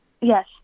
Yes